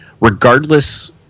regardless